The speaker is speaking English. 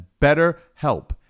BetterHelp